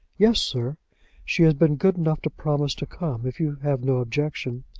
yes, sir she has been good enough to promise to come, if you have no objection.